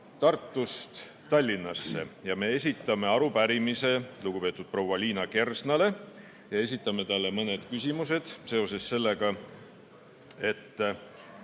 Tartust Tallinnasse, ja me esitame arupärimise lugupeetud proua Liina Kersnale. Esitame talle mõned küsimused seoses sellega, kas